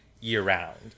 year-round